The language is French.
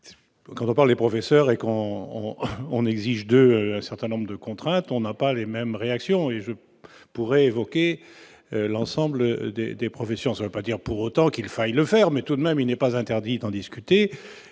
Quant par les professeurs et qu'on on on exige de un certain nombre de contraintes, on n'a pas les mêmes réactions et je pourrais évoquer l'ensemble des des professions pas dire pour autant qu'il faille le faire mais tout de même, il n'est pas interdit d'en discuter